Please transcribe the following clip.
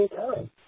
time